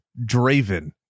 Draven